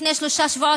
לפני שלושה שבועות,